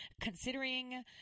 considering